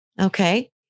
okay